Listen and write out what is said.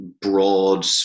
broad